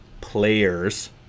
players